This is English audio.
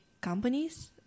companies